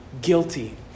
guilty